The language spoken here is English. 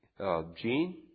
Gene